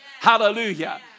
Hallelujah